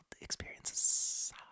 experiences